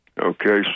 Okay